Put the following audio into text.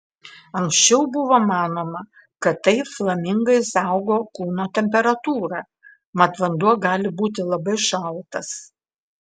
anksčiau buvo manoma kad taip flamingai saugo kūno temperatūrą mat vanduo gali būti labai šaltas